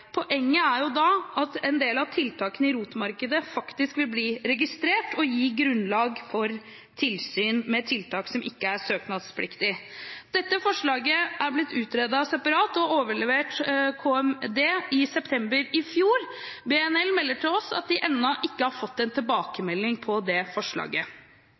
Poenget er da at en del av tiltakene i ROT-markedet faktisk vil bli registrert og gi grunnlag for tilsyn med tiltak som ikke er søknadspliktige. Dette forslaget er blitt utredet separat og ble overlevert Kommunal- og moderniseringsdepartementet i september i fjor. BNL melder til oss at de ennå ikke har fått en tilbakemelding på dette forslaget.